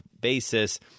basis